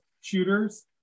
shooters